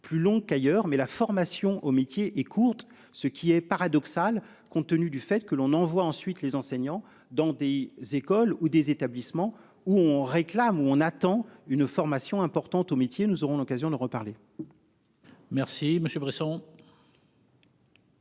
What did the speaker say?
plus long qu'ailleurs, mais la formation au métier et courte, ce qui est paradoxal, compte tenu du fait que l'on envoie ensuite les enseignants dans des écoles ou des établissements où on réclame où on attend une formation importante au métier, nous aurons l'occasion d'en reparler. Merci Monsieur Bresson.